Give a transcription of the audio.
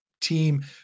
team